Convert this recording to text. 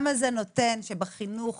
שבחינוך